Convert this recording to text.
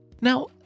Now